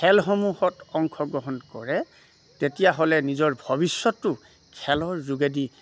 খেলসমূহত অংশগ্ৰহণ কৰে তেতিয়াহ'লে নিজৰ ভৱিষ্যতটো খেলৰ যোগেদি